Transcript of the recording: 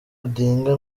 odinga